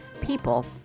people